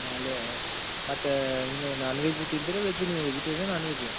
ಮ್ಯಾಲೇ ಮತ್ತು ಇನ್ನು non veg ತಿಂತಿರಿ ವೆಜ್ ನೀವು ವೆಜಿಟೇರಿಯನ್ ನಾನ್ ವೆಜ್ಜಾ